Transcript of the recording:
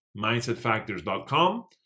mindsetfactors.com